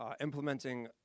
implementing